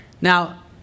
Now